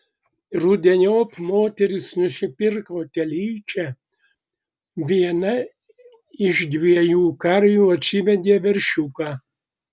rudeniop moteris nusipirko telyčią viena iš dviejų karvių atsivedė veršiuką